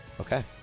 Okay